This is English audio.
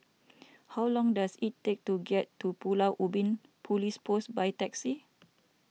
how long does it take to get to Pulau Ubin Police Post by taxi